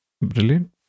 Brilliant